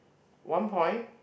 one point